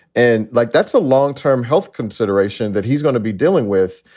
and like that's a long term health consideration that he's going to be dealing with.